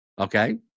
Okay